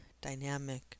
dynamic